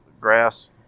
grass